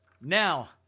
now